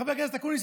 חבר הכנסת אקוניס,